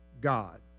God